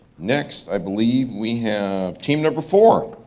next i believe we have team number four.